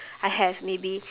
I have maybe